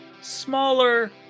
smaller